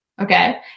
Okay